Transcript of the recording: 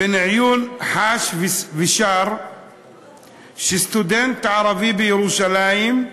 בניון חש ושר שסטודנט ערבי בירושלים,